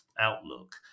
outlook